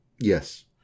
Yes